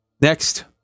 Next